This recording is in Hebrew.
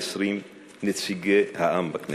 מ-120 נציגי העם בכנסת.